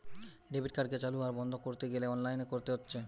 debit কার্ডকে চালু আর বন্ধ কোরতে গ্যালে অনলাইনে কোরতে হচ্ছে